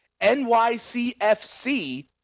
NYCFC